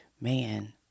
man